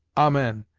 amen.